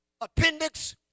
Appendix